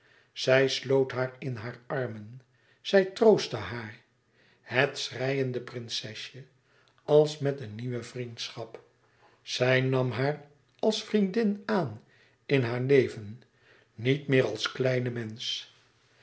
zij sloot haar in haar armen zij troostte haar het schreiende prinsesje als met een nieuwe vriendschap zij nam haar als vriendin aan in haar leven niet meer als kleine mensch